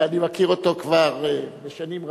ואני מכיר אותו כבר שנים רבות,